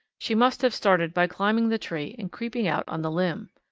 she must have started by climbing the tree and creeping out on the limb.